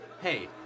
Hey